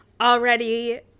Already